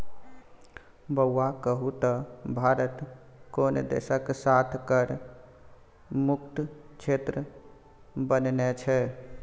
बौआ कहु त भारत कोन देशक साथ कर मुक्त क्षेत्र बनेने छै?